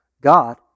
God